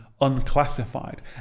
unclassified